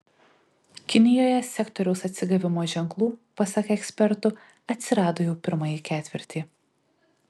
kinijoje sektoriaus atsigavimo ženklų pasak ekspertų atsirado jau pirmąjį ketvirtį